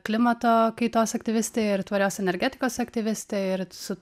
klimato kaitos aktyvistė ir tvarios energetikos aktyvistė ir su